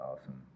awesome